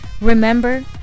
Remember